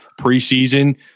preseason